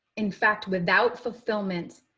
in fact, without fulfillment,